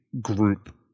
group